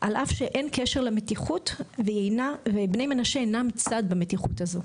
אף שאין קשר למתיחות ובני מנשה אינם צד במתיחות הזו.